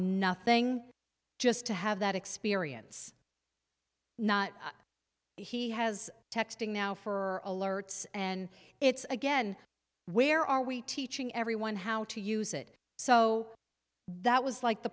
nothing just to have that experience not he has texting now for alerts and it's again where are we teaching everyone how to use it so that was like the